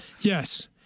Yes